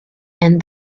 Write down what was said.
and